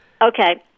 Okay